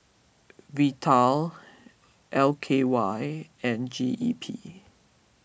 Vital L K Y and G E P